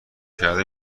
شده